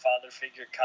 father-figure